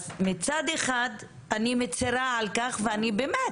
מצד אחד אני מצרה על כך, ובאמת,